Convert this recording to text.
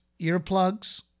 earplugs